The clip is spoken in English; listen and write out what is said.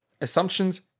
assumptions